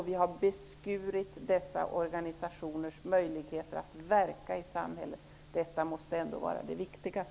Vi har beskurit dessa organisationers möjligheter att verka i samhället. Det måste ändå vara det viktigaste.